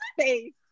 face